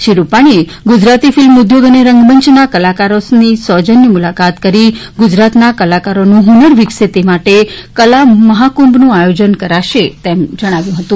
શ્રી રૂપાણીએ ગુજરાતી ફિલ્મ ઉદ્યોગ અને રંગમંચના કલાકારો સાથે સૌજન્ય મુલાકાત કરી ગુજરાતના કલાકારોનું હુન્નર વિકસે તે માટે કલા મહાકુંભનું આયોજન કરાશે તેમ જણાવ્યું હતું